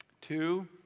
two